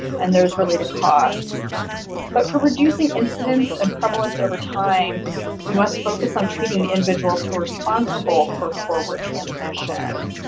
and there's related costs but for reducing incidence and prevalence over time we must focus on treating the individuals who are responsible for for transmission.